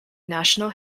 national